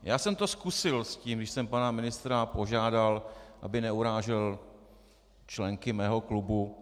Já jsem to zkusil s tím, když jsem pana ministra požádal, aby neurážel členky mého klubu.